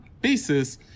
basis